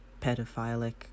pedophilic